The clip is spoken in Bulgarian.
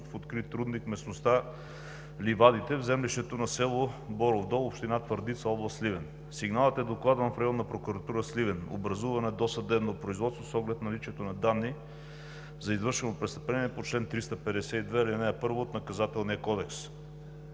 в открит рудник в местността „Ливадите“ в землището на село Боров Дол – община Твърдица, област Сливен. Сигналът е докладван в Районна прокуратура – Сливен. Образувано е досъдебно производство с оглед наличието на данни за извършено престъпление по чл. 352, ал. 1 от Наказателния кодекс.